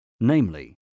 namely